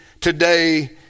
today